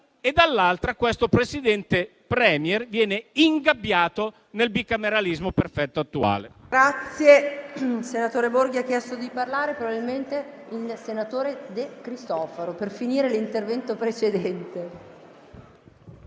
e, dall'altra, il Presidente *Premier* viene ingabbiato nel bicameralismo perfetto attuale.